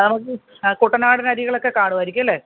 ആ കുട്ടനാടൻ അരികളൊക്കെ കാണുമായിരിക്കും അല്ലേ